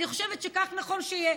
אני חושבת שכך נכון שיהיה.